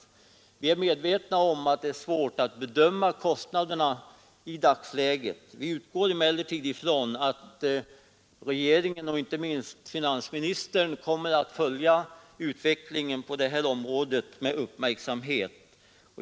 Ja, vi är medvetna om att det är svårt att i dagsläget bedöma kostnaderna, men vi utgår ifrån att regeringen och inte minst finansministern kommer att följa utvecklingen på det området med uppmärksamhet.